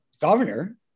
governor